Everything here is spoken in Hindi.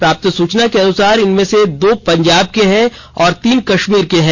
प्राप्त सूचना के अनुसार इनमें से दो पंजाब के हैं और तीन कश्मीर के हैं